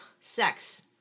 sex